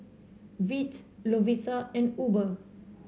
Veet Lovisa and Uber